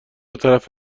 طرف